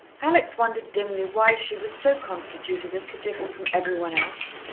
alex wondered dimly why she was so constituted as to differ from every one else.